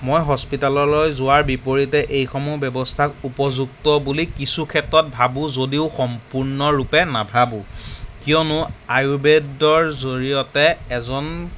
মই হস্পিটাললৈ যোৱাৰ বিপৰীতে এইসমূহ ব্যৱস্থা উপযুক্ত বুলি কিছু ক্ষেত্ৰত ভাবোঁ যদিও সম্পূৰ্ণৰূপে নাভাবোঁ কিয়নো আয়ুৰ্বেদৰ জৰিয়তে এজন